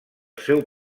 seu